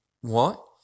What